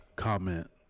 Comment